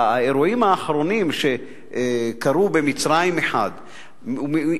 והאירועים האחרונים שקרו במצרים מחד גיסא,